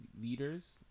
leaders